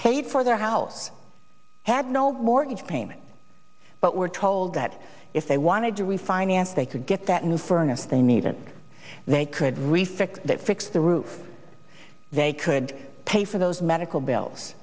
paid for their house had no mortgage payment but were told that if they wanted to refinance they could get that new furnace they needed they could refix that fix the roof they could pay for those medical